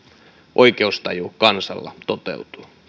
oikeustaju kansalla toteutuu